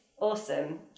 awesome